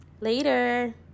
Later